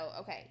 okay